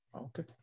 Okay